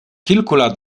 kilku